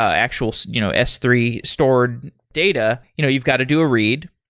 actuals you know s three stored data. you know you've got to do a read.